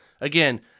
Again